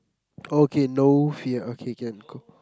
okay no fear okay can go